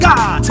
God